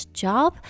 job